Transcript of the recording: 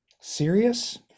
serious